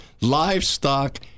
livestock